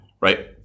right